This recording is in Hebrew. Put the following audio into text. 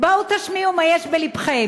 בואו תשמיעו מה יש בלבכם.